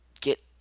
get